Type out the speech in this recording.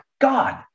God